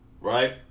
right